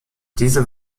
diese